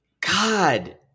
God